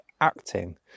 acting